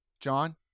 John